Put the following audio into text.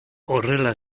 horrela